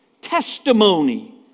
testimony